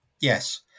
Yes